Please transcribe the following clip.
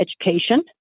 education